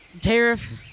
Tariff